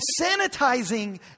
sanitizing